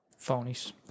Phonies